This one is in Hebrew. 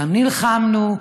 גם נלחמנו,